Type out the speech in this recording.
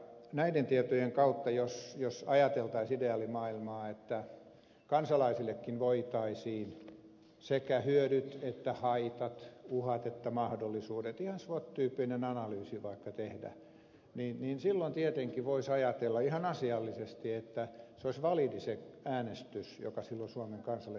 näiden tietojen kautta jos ajateltaisiin ideaalimaailmaa että kansalaisillekin voitaisiin sekä hyödyt että haitat sekä uhat että mahdollisuudet ihan swot tyyppisellä analyysillä vaikka esittää niin silloin tietenkin voisi ajatella ihan asiallisesti että olisi validi se äänestys jonka silloin suomen kansa suorittaa